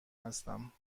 هستم